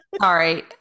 Sorry